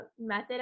method